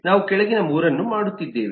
ನಾವು ಕೆಳಗಿನ 3 ಅನ್ನು ಮಾಡುತ್ತಿದ್ದೇವೆ